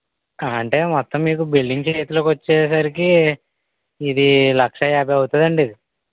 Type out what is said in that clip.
ఆ అంటే మొత్తం మీకు బిల్డింగ్ చేతిలోకి వచ్చే సరికి ఇది లక్షా యాభై అవుతుంది అండి